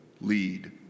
lead